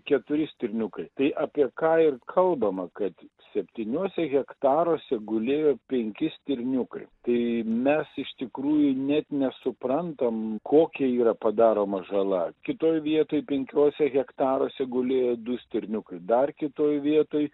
keturi stirniukai tai apie ką ir kalbama kad septyniuose hektaruose gulėjo penki stirniukai tai mes iš tikrųjų net nesuprantam kokia yra padaroma žala kitoj vietoj penkiuose hektaruose gulėjo du stirniukai dar kitoj vietoj